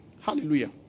Hallelujah